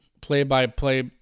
play-by-play